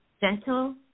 gentle